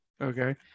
Okay